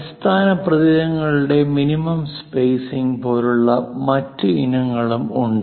അടിസ്ഥാന പ്രതീകങ്ങളുടെ minimum spacing പോലുള്ള മറ്റ് ഇനങ്ങളും ഉണ്ട്